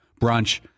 brunch